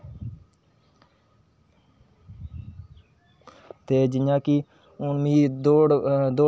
एह् शौंक ना अज्ज तक खत्म नी होया मेरा अज़ें तक है जिसलै कोई आक्खै ना चित्तरकारी में आक्खनी में करगी